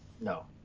No